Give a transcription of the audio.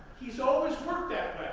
he is always worked that way.